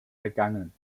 vergangen